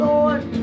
Lord